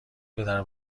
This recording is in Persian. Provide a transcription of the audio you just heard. پدر